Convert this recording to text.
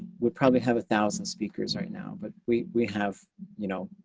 we'd probably have a thousand speakers right now but we we have you know